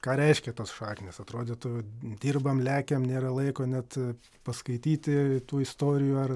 ką reiškia tos šaknys atrodytų dirbam lekiam nėra laiko net paskaityti tų istorijų ar